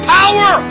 power